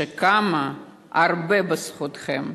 שקמה הרבה בזכותכם.